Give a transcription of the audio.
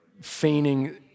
feigning